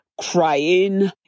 crying